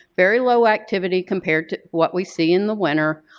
very low activity compared to what we see in the winter.